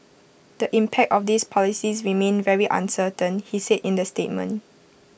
the impact of these policies remains very uncertain he said in the statement